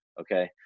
okay